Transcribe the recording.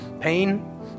pain